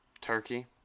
Turkey